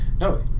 No